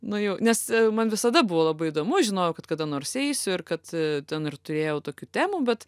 nuėjau nes man visada buvo labai įdomu žinojau kad kada nors eisiu ir kad ten ir turėjau tokių temų bet